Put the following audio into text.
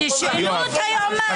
תחזיר את המיקרופון.